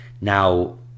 Now